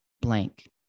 blank